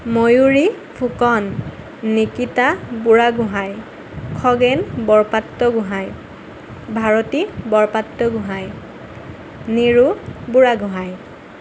Mayuri Phukan Nikita Burhagohain Khagen Borpatra Gohain Bharati Borpatra Gohain Niru Burhagohain